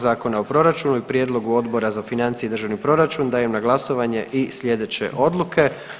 Zakona o proračunu i prijedlogu Odbora za financije i državni proračun dajem na glasovanje i sljedeće odluke.